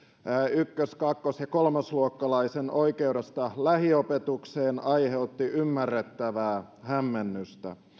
ykkös kakkos ja kolmosluokkalaisen oikeudesta lähiopetukseen aiheutti ymmärrettävää hämmennystä